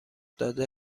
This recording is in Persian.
داده